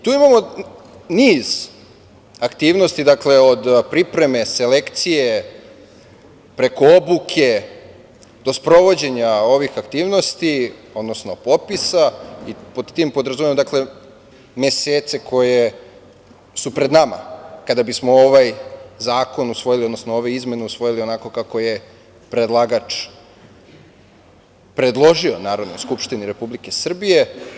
Tu imamo niz aktivnosti od pripreme, selekcije, preko obuke do sprovođenja ovih aktivnosti, odnosno popisa, pod tim podrazumevam mesece koji su pred nama kada bismo ovaj zakon usvojili, odnosno ove izmene usvojili onako kako je predlagač predložio Narodnoj skupštini Republike Srbije.